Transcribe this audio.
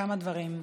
כמה דברים: